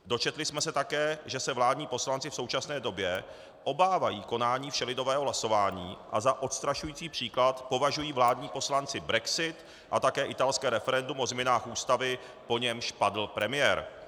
Dočetli jsme se také, že se vládní poslanci v současné době obávají konání všelidového hlasování a za odstrašující příklad považují vládní poslanci brexit a také italské referendum o změnách ústavy, po němž padl premiér.